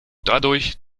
dadurch